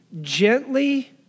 gently